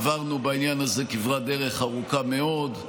עברנו בעניין הזה כברת דרך ארוכה מאוד.